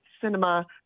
cinema